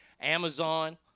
Amazon